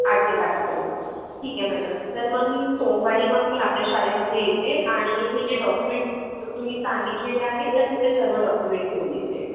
आठ ते बारापर्यंत ठीक आहे मॅडम तर मग मी सोमवारी मग मी आपल्या शाळेमध्ये येते आणि हे जे डॉक्युमेंट तुम्ही सांगितलेले आहे तर मी ते सर्व डॉक्युमेंट घेऊन येते